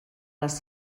les